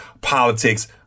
politics